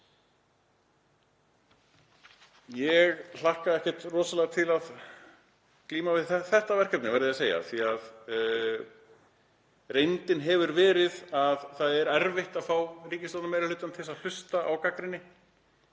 Ég hlakka ekkert rosalega til að glíma við þetta verkefni, verð ég að segja, af því að reyndin hefur verið sú að það er erfitt að fá ríkisstjórnarmeirihlutann til að hlusta á gagnrýni.